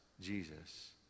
jesus